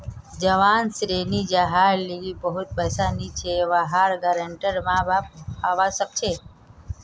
जवान ऋणी जहार लीगी बहुत पैसा नी छे वहार गारंटर माँ बाप हवा सक छे